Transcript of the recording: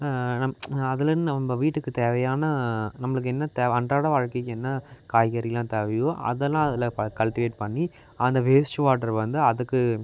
நம் அதில் நம்ம வீட்டுக்குத் தேவையான நம்மளுக்கு என்ன தேவை அன்றாட வாழ்க்கைக்கு என்ன காய்கறியெலாம் தேவையோ அதெல்லாம் அதில் ப கல்ட்டிவேட் பண்ணி அந்த வேஸ்ட் வாட்டர் வந்து அதுக்கு